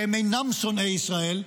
שהם אינם שונאי ישראל,